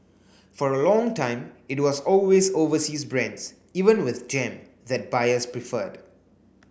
for a long time it was always overseas brands even with jam that buyers preferred